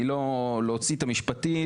להוציא את המשפטי,